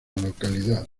localidad